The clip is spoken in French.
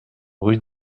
rue